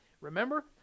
remember